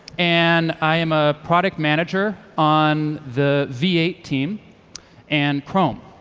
and i'm a product manager on the v eight team and chrome.